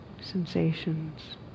sensations